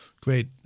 Great